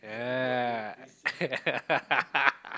yeah